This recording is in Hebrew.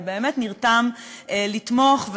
אבל באמת נרתם לתמוך,